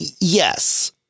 yes